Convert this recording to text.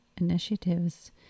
initiatives